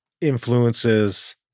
Influences